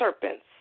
serpents